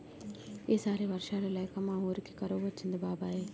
ఈ సారి వర్షాలు లేక మా వూరికి కరువు వచ్చింది బాబాయ్